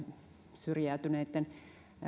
syrjäytyneitten